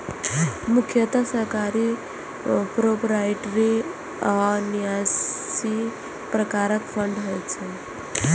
मुख्यतः सरकारी, प्रोपराइटरी आ न्यासी प्रकारक फंड होइ छै